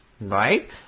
Right